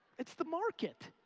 it's the market.